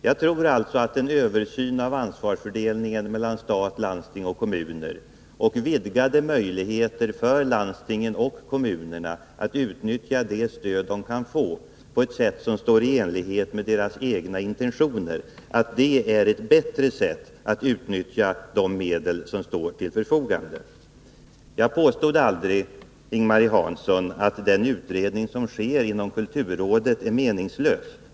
Jag tror alltså att en översyn av ansvarsfördelningen mellan stat, landsting och kommuner och vidgade möjligheter för landstingen och kommunerna att utnyttja det stöd de kan få på ett sätt som står i överensstämmelse med deras egna intentioner är ett bättre sätt att utnyttja de medel som står till förfogande. Jag påstod aldrig, Ing-Marie Hansson, att den utredning som sker inom kulturrådet är meningslös.